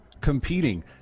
competing